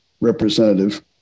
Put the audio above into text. representative